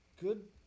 good